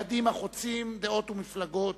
יעדים החוצים דעות ומפלגות,